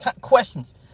questions